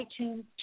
iTunes